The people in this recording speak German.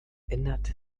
änderte